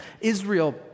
israel